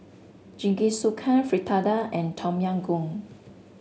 Jingisukan Fritada and Tom Yam Goong